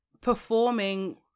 performing